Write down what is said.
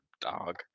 dog